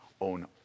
own